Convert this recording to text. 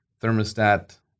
Thermostat